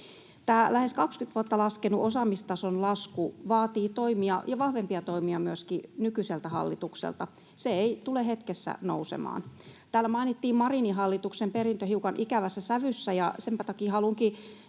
Tämä lähes 20 vuotta jatkunut osaamistason lasku vaatii toimia ja vahvempia toimia myöskin nykyiseltä hallitukselta. Se ei tule hetkessä nousemaan. Täällä mainittiin Marinin hallituksen perintö hiukan ikävässä sävyssä, ja senpä takia haluankin